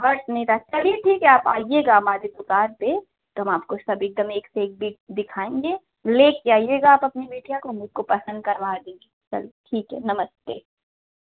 घट नहीं रहा चलिए ठीक है आप आइएगा हमारी दुकान पर तो हम आपको सब एकदम एक से एक बिट दिखाएँगे लेकर आइएगा आप अपनी बिटिया को हम उसको पसंद करवा देंगे चलिए ठीक है नमस्ते